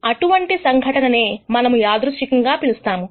అటువంటి సంఘటననే మనము అనిర్దిష్టంగా పిలుస్తాము